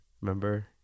remember